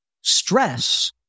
stress